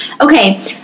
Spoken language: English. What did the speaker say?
Okay